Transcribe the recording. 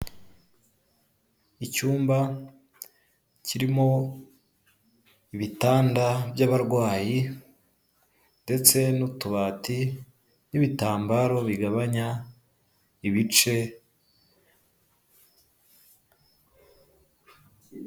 Icyumba kirimo ibitanda by'abarwayi ndetse n'utubati n'ibitambaro bigabanya ibice.